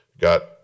got